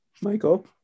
Michael